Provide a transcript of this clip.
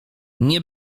nie